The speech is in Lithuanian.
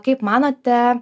kaip manote